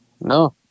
No